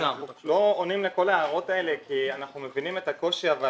אנחנו לא עונים לכל ההערות האלה כי אנחנו מבינים את הקושי אבל